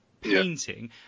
painting